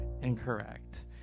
incorrect